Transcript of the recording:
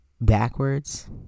backwards